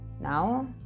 now